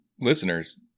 listeners